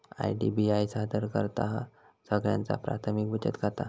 IDBI सादर करतहा सगळ्यांचा प्राथमिक बचत खाता